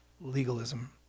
legalism